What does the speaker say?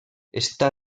està